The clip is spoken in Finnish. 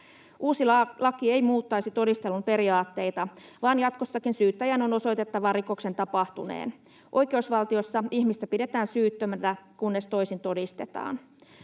Uusi laki ei muuttaisi todistelun periaatteita, vaan jatkossakin syyttäjän on osoitettava rikoksen tapahtuneen. Oikeusvaltiossa ihmistä pidetään syyttömänä kunnes toisin todistetaan.